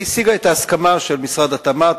והשיגה את ההסכמה של משרד התמ"ת,